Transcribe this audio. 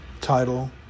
title